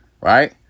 right